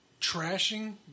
trashing